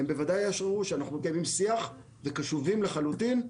הם בוודאי יאשרו שאנחנו מקיימים שיח וקשובים לחלוטין.